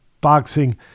boxing